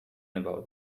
about